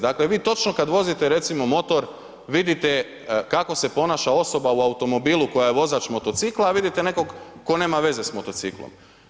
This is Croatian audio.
Dakle vi točno kad vozite recimo motor vidite kako se ponaša osoba u automobilu koja je vozač motocikla a vidite nekog tko nema veze sa motociklom.